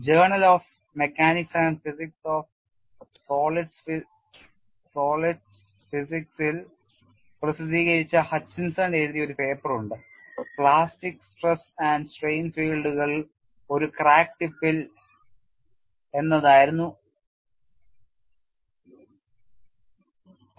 journal of mechanics and physics of solids physics ഇൽ പ്രസിദ്ധീകരിച്ച Hutchinson എഴുതിയ ഒരു പേപ്പർ ഉണ്ട് 'പ്ലാസ്റ്റിക് സ്ട്രെസ് ആൻഡ് സ്ട്രെയിൻ ഫീൽഡുകൾ ഒരു ക്രാക്ക് ടിപ്പിൽ'